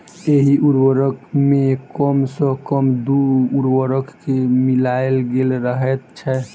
एहि उर्वरक मे कम सॅ कम दू उर्वरक के मिलायल गेल रहैत छै